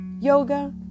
yoga